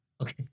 Okay